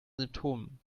symptomen